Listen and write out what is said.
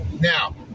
Now